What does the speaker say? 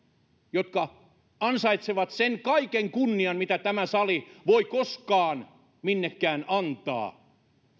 ansaitsevat sen kaiken kunnian mitä tämä sali voi koskaan minnekään antaa vaan